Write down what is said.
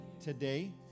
today